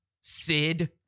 Sid